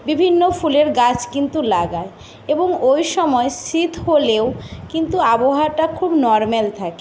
বিভিন্ন ফুলের গাছ কিন্তু লাগাই এবং ওই সময় শীত হলেও কিন্তু আবহাওয়াটা খুব নর্মাল থাকে